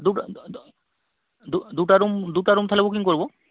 দুটা দুটা রুম দুটা রুম তাহলে বুকিং করব